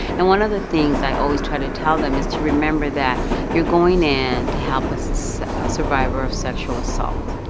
and one of the things i always try to tell them is to remember that you're going in to help a survivor of sexual assault.